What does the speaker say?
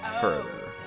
further